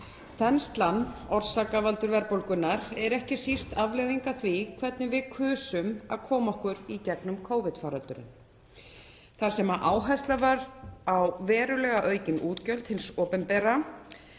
Þenslan, orsakavaldur verðbólgunnar, er ekki síst afleiðing af því hvernig við kusum að koma okkur í gegnum Covid-faraldurinn þar sem áherslan var á verulega aukin útgjöld hins opinbera.